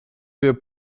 für